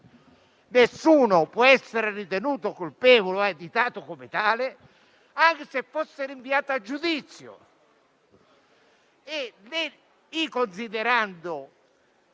nessuno può essere ritenuto colpevole o additato come tale anche se rinviato a giudizio.